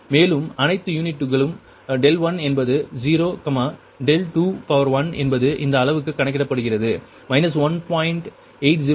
மேலும் அனைத்து யூனிட்களும் 1 என்பது 0 21 என்பது இந்த அளவுக்கு கணக்கிடப்படுகிறது 1